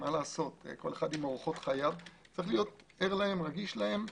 יש להיות ער להן, רגיש להן.